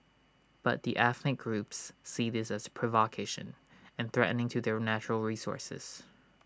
but the ethnic groups see this as provocation and threatening to their natural resources